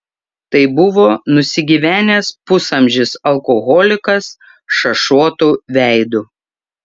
tai buvo nusigyvenęs pusamžis alkoholikas šašuotu veidu